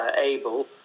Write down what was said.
able